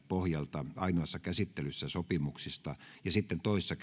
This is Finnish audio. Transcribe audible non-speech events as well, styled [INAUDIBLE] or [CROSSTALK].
pohjalta ainoassa käsittelyssä sopimuksista ja sitten toisessa [UNINTELLIGIBLE]